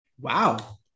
Wow